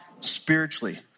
spiritually